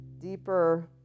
deeper